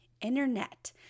internet